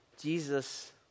Jesus